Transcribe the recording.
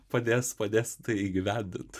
padės padės tai įgyvendint